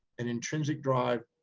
an intrinsic drive,